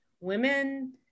women